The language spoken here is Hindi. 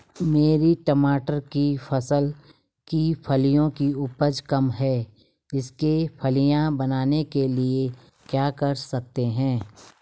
मेरी मटर की फसल की फलियों की उपज कम है इसके फलियां बनने के लिए क्या कर सकते हैं?